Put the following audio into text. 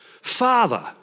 Father